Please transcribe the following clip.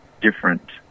different